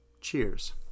Cheers